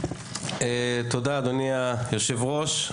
תודה, אדוני היושב-ראש.